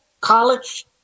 college